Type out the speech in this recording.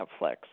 Netflix